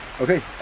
Okay